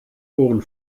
ohren